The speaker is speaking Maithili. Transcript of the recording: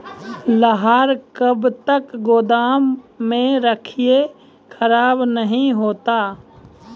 लहार कब तक गुदाम मे रखिए खराब नहीं होता?